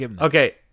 Okay